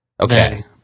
Okay